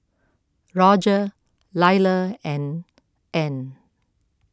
Rodger Lyla and Ann